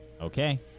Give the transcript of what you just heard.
Okay